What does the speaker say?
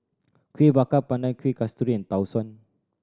Kueh Bakar Pandan Kuih Kasturi and Tau Suan